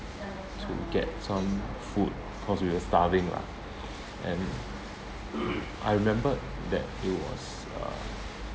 to get some food because we were starving lah and I remembered that it was uh